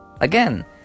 Again